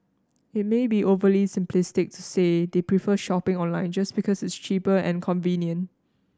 it may be overly simplistic to say they prefer shopping online just because it's cheaper and convenient